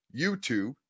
YouTube